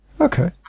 Okay